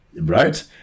Right